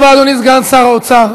תודה רבה, אדוני סגן שר האוצר.